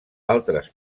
altres